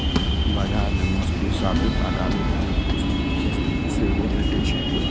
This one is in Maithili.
बाजार मे मौसरी साबूत आ दालिक रूप मे सेहो भैटे छै